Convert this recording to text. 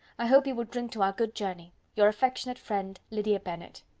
i hope you will drink to our good journey. your affectionate friend, lydia bennet.